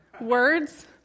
words